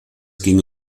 ging